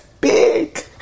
big